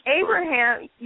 Abraham